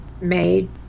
made